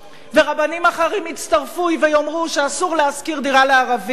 ורבנים אחרים יצטרפו ויאמרו שאסור להשכיר דירה לערבים.